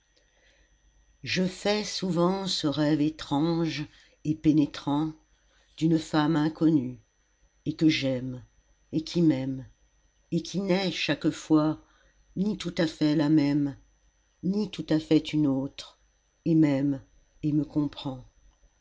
je fais souvent ce rêve étrange et pénétrant d'une femme inconnue et que j'aime et qui m'aime et qui n'est chaque fois ni tout à fait la même ni tout à fait une autre et m'aime et me comprend